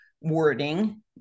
wording